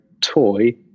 toy